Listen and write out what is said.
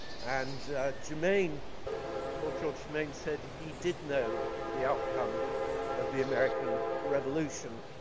and germain lord germain said he did know the outcome of the american revolution.